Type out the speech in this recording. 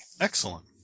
Excellent